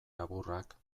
laburrak